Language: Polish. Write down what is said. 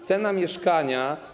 Cena mieszkania.